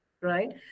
right